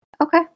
Okay